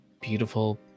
beautiful